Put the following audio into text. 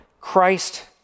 Christ